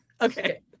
okay